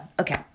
okay